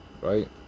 right